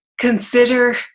consider